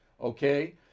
okay